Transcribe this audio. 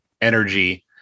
energy